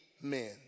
men